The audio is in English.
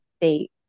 state